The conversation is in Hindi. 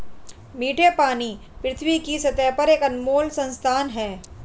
मीठे पानी पृथ्वी की सतह पर एक अनमोल संसाधन है